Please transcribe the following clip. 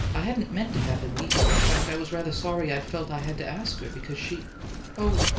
i hadn't meant to have him meet her in fact, i was rather sorry i'd felt i had to ask her, because she oh,